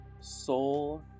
Soul